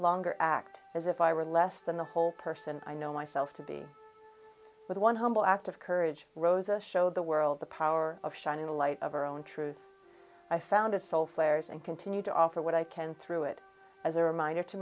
longer act as if i were less than the whole person i know myself to be with one humble act of courage rosa showed the world the power of shining the light of her own truth i found it so flairs and continue to offer what i can through it as a reminder to